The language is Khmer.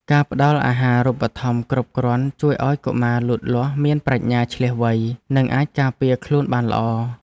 ការផ្តល់អាហារូបត្ថម្ភគ្រប់គ្រាន់ជួយឱ្យកុមារលូតលាស់មានប្រាជ្ញាឈ្លាសវៃនិងអាចការពារខ្លួនបានល្អ។